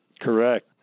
Correct